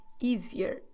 easier